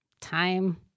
Time